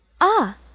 Ah